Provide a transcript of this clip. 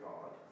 God